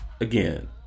Again